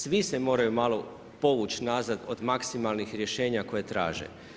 Svi se moraju malo povuć nazad od maksimalnih rješenja koja traže.